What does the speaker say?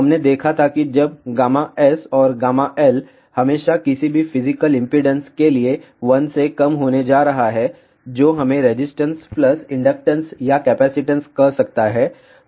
हमने देखा था कि जब से गामा S और l हमेशा किसी भी फिजिकल इंपेडेंस के लिए 1 से कम होने जा रहा है जो हमें रेजिस्टेंस प्लस इंडक्टेंस या कैपेसिटेंस कह सकता है